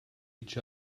each